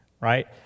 right